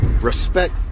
respect